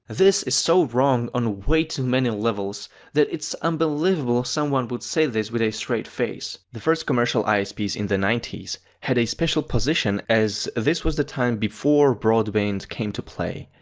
this is so wrong on way too many levels that it's unbelievable someone would say this with a straight face. the first commercial isps in the nineteen ninety s had a special position as this was the time before broadband came to play.